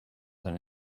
than